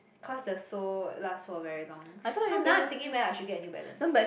cause the sole last for very long so now I'm thinking whether I should get New Balance